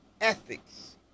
ethics